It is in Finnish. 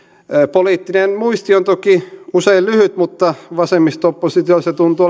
poliittinen muisti on toki usein lyhyt mutta vasemmisto oppositiolla se tuntuu